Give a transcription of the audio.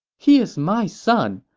he's my son.